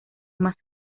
más